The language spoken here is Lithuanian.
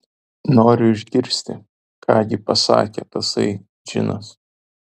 noriu išgirsti ką gi pasakė tasai džinas